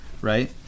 right